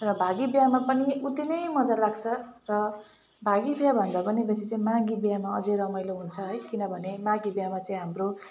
र भागी बिहामा पनि उति नै मजा लाग्छ र भागी बिहाभन्दा पनि बेसी चाहिँ मागी बिहामा अझै रमाइलो हुन्छ है किनभने मागी बिहामा चाहिँ हाम्रो